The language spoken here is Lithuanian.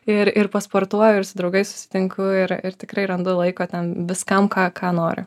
ir ir pasportuoju ir su draugais susitinku ir ir tikrai randu laiko ten viskam ką ką noriu